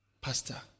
Pastor